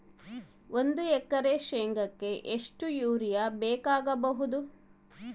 ಒಂದು ಎಕರೆ ಶೆಂಗಕ್ಕೆ ಎಷ್ಟು ಯೂರಿಯಾ ಬೇಕಾಗಬಹುದು?